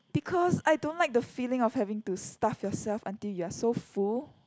because I don't like the feeling of having to stuff yourself until you're so full